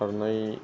खारनाय